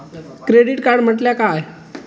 Credit card म्हटल्या काय?